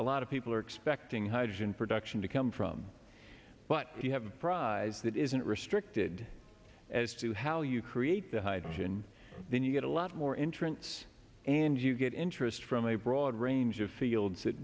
a lot of people are expecting hydrogen production to come from but if you have a prize that isn't restricted as to how you create the hydrogen then you get a lot more entrants and you get interest from a broad range of fields that